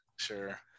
Sure